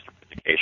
education